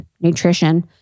nutrition